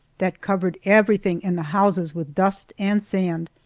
that covered everything in the houses with dust and sand,